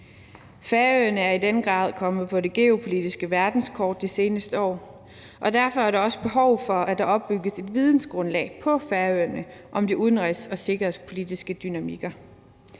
Færøerne er i den grad kommet på det geopolitiske verdenskort de seneste år, og derfor er der også behov for, at der opbygges et videngrundlag på Færøerne om de udenrigs- og sikkerhedspolitiske dynamikker.